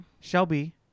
Shelby